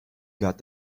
got